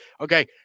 Okay